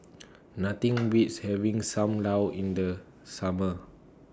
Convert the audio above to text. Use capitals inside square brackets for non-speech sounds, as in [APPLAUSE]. Nothing [NOISE] Beats having SAM Lau in The Summer